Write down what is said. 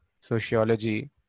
sociology